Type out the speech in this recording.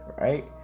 right